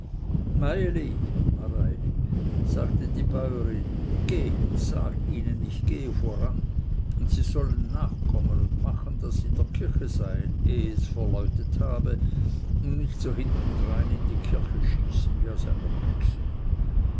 sagte die bäurin geh und sage ihnen ich gehe voran und sie sollten nachkommen und machen daß sie in der kirche seien ehe es verläutet habe und nicht so hintendrein in die kirche schießen wie aus einer büchse